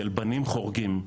של בנים חורגים,